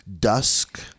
dusk